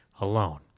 alone